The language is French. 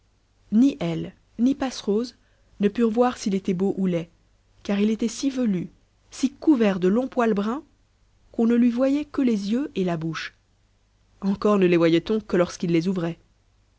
ni elle ni passerose ne purent voir s'il était beau ou laid car il était si velu si couvert de longs poils bruns qu'on ne lui voyait que les yeux et la bouche encore ne les voyait-on que lorsqu'il les ouvrait